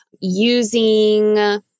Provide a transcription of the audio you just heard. Using